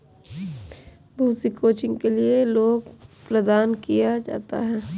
बहुत सी कोचिंग के लिये लोन प्रदान किया जाता है